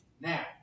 now